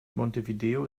montevideo